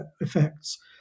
effects